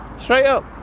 straight up?